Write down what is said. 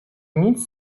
nic